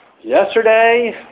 yesterday